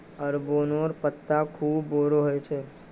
अरबोंर पत्ता खूब बोरो ह छेक